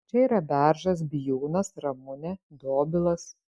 čia yra beržas bijūnas ramunė dobilas